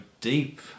deep